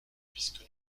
puisque